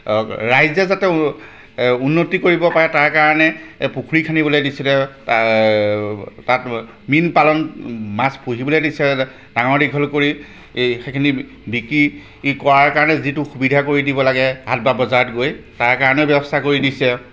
ৰাইজে যাতে উন্নতি কৰিব পাৰে তাৰকাৰণে পুখুৰী খান্দিবলৈ দিছিলে তাত মীন পালন মাছ পুহিবলৈ দিছে তাতে ডাঙৰ দীঘল কৰি এই সেইখিনি বিক্ৰী কৰাৰ কাৰণে যিটো সুবিধা কৰি দিব লাগে হাট বা বজাৰত গৈ তাৰ কাৰণেও ব্যৱস্থা কৰি দিছে